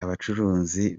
abacuruzi